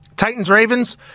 Titans-Ravens